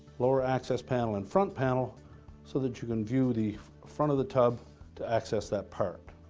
lower access panel, and front panel so that you can view the front of the tub to access that part.